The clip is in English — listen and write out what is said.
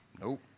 Nope